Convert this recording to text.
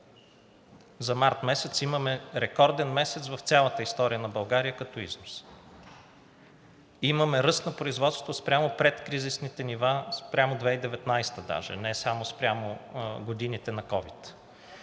За март месец имаме рекорден месец в цялата история на България като износ. Имаме ръст на производството спрямо предкризисните нива, спрямо 2019 г. даже, не само спрямо годините на ковид.